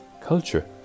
culture